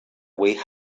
with